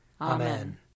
Amen